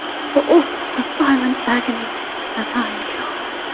for all of the silent agony that i've